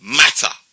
matter